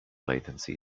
latency